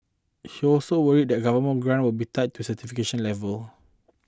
he also worried that government grants will be tied to certification levels